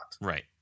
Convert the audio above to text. Right